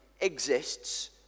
exists